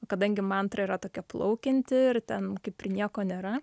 kadangi mantra yra tokia plaukianti ir ten kaip ir nieko nėra